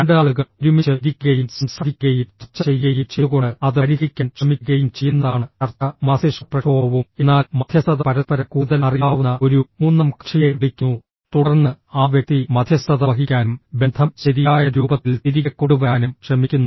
രണ്ട് ആളുകൾ ഒരുമിച്ച് ഇരിക്കുകയും സംസാരിക്കുകയും ചർച്ച ചെയ്യുകയും ചെയ്തുകൊണ്ട് അത് പരിഹരിക്കാൻ ശ്രമിക്കുകയും ചെയ്യുന്നതാണ് ചർച്ച മസ്തിഷ്കപ്രക്ഷോഭവും എന്നാൽ മധ്യസ്ഥത പരസ്പരം കൂടുതൽ അറിയാവുന്ന ഒരു മൂന്നാം കക്ഷിയെ വിളിക്കുന്നു തുടർന്ന് ആ വ്യക്തി മധ്യസ്ഥത വഹിക്കാനും ബന്ധം ശരിയായ രൂപത്തിൽ തിരികെ കൊണ്ടുവരാനും ശ്രമിക്കുന്നു